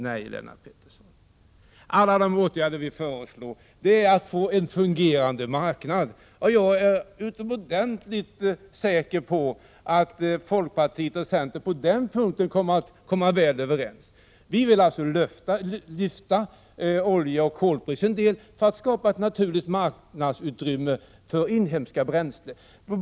Nej, Lennart Pettersson, alla de åtgärder vi föreslår går ut på att få en fungerande marknad. Jag är fullständigt säker på att folkpartiet och centern på denna punkt kan komma överens. Vi vill alltså höja priset på olja och kol en del för att skapa ett naturligt marknadsutrymme för inhemska bränslen.